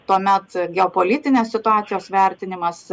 tuomet geopolitinės situacijos vertinimas